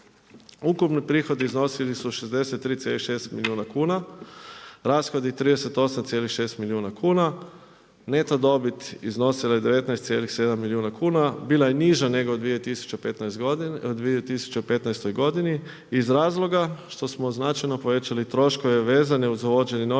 Ukupni prihodi iznosili su 63,6 milijuna kuna, rashodi 38,6 milijuna kuna, neto dobit iznosila je 19,7 milijuna kuna. Bila je niža nego 2015. godine iz razloga što smo značajno povećali troškove vezane uz uvođenje novih